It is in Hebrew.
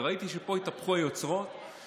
וראיתי שפה התהפכו היוצרות,